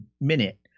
minute